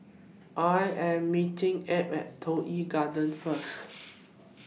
I Am meeting Ab At Toh Yi Garden First